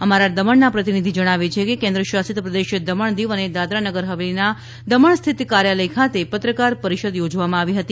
અમારા દમણના પ્રતિનિધિ જણાવે છે કે કેન્દ્ર શાસિત પ્રદેશ દમણ દીવ અને દાદરા નગર હવેલીના દમણ સ્થિત કાર્યાલય ખાતે પત્રકાર પરિષદ યોજવામાં આવી હતી